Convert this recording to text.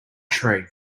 tree